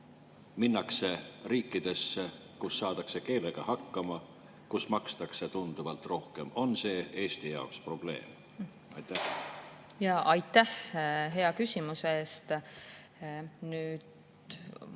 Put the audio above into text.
minnakse riikidesse, kus saadakse keelega hakkama ja kus makstakse tunduvalt rohkem? On see Eesti jaoks probleem? Aitäh hea küsimuse eest! Nüüd,